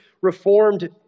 reformed